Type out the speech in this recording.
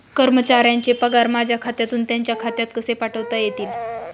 कर्मचाऱ्यांचे पगार माझ्या खात्यातून त्यांच्या खात्यात कसे पाठवता येतील?